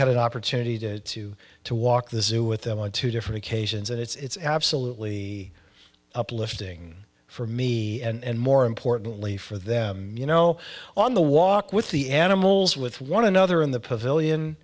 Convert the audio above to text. had an opportunity to to to walk the zoo with them on two different occasions and it's absolutely uplifting for me and more importantly for them you know on the walk with the animals with one another in the pavilion